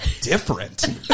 different